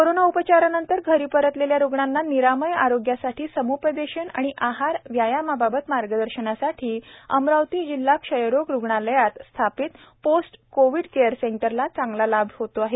corona उपचारानंतर घरी परतलेल्या रुग्णांना निरामय आरोग्यासाठी समपदेशन व आहार व्यायामाबाबत मार्गदर्शनासाठी येथील अमरावती जिल्हा क्षयरोग रुग्णालयात स्थापित पोस्ट कोविड केअर सेंटरचा चांगला लाभ होत आहे